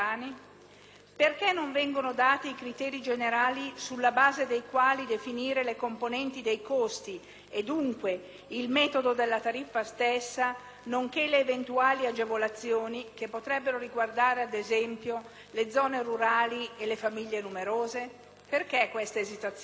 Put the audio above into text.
Perché non vengono dati i criteri generali sulla base dei quali definire le componenti dei costi e dunque il metodo della tariffa stessa, nonché le eventuali agevolazioni che potrebbero riguardare, ad esempio, le zone rurali e le famiglie numerose? Perché questa esitazione?